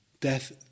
Death